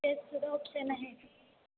तेसुद्धा ऑप्शन आहे